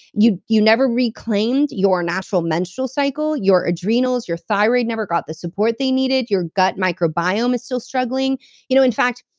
you you never reclaimed your natural menstrual cycle, your adrenals, your thyroid never got the support they needed. your gut microbiome is still struggling you know, in fact,